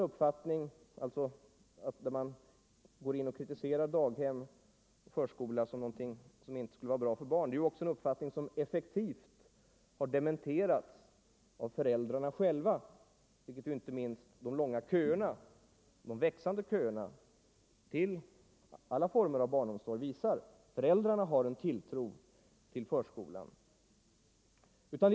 Denna kritik mot daghem och annan förskola har också effektivt dementerats av föräldrarna själva, vilket inte minst de växande köerna till alla former av barnomsorg visar. Föräldrarna har en tilltro till förskolan.